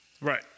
Right